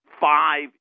five